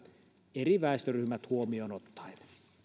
eri väestöryhmät huomioon ottaen